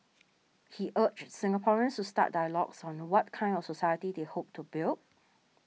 he urged Singaporeans to start dialogues on what kind of society they hope to build